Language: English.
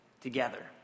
together